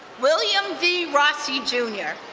william v. rossi jr.